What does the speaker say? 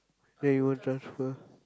then you won't transfer